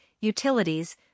utilities